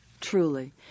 truly